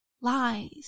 Lies